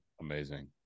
amazing